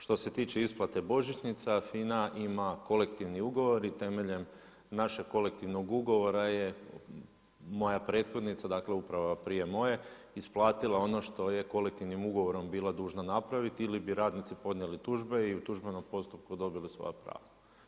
Što se tiče isplate božićnica, FINA ima kolektivni ugovor i temeljem našeg kolektivnog ugovora je moja prethodnica, dakle uprava prije moje isplatila ono što je kolektivnim ugovorom bila dužna napraviti ili bi radnici podnijeli tužbe i u tužbenom postupku dobili svoja prava.